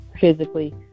physically